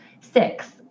six